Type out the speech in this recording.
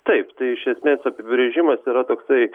taip tai iš esmės apibrėžimas yra toksai